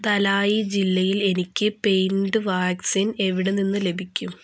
ധലായ് ജില്ലയിൽ എനിക്ക് paid vaccine എവിടെ നിന്ന് ലഭിക്കും